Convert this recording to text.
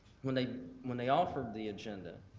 when they when they offered the agenda,